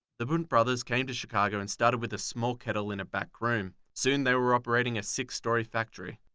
the bunte brother's came to chicago and started with a small kettle in a back room. soon they were operating in a six story factory.